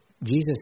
Jesus